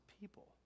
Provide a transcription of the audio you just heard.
people